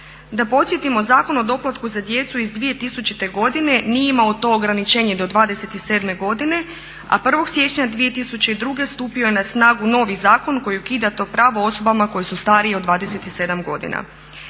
Da podsjetimo Zakon o doplatku za djecu iz 2000. godine nije imao to ograničenje do 27. godine, a 1. siječnja 2002. stupio je na snagu novi zakon koji ukida to pravo osobama koje su starije od 27 godina.